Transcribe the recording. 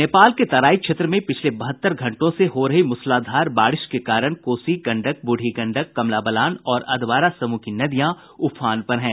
नेपाल के तराई क्षेत्र में पिछले बहत्तर घंटो से हो रही मूसलाधार बारिश के कारण कोसी गंडक बूढ़ी गंडक कमला बलान और अधवारा समूह की नदियां उफान पर है